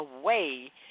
away